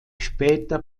später